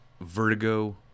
Vertigo